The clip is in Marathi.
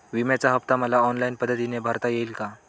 विम्याचा हफ्ता मला ऑनलाईन पद्धतीने भरता येईल का?